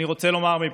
אני רוצה לומר פה: